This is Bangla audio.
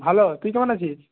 ভালো তুই কেমন আছিস